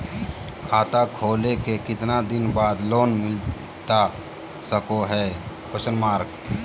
खाता खोले के कितना दिन बाद लोन मिलता सको है?